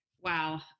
Wow